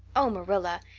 oh, marilla,